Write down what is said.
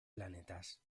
planetas